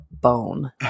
bone